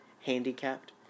handicapped